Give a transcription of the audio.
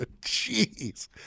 Jeez